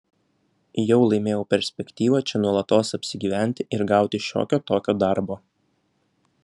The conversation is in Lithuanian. jau laimėjau perspektyvą čia nuolatos apsigyventi ir gauti šiokio tokio darbo